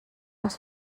nos